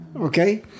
okay